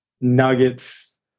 Nuggets